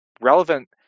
relevant